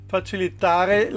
Facilitare